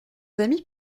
amis